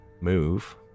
move